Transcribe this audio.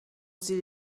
زیر